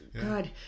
God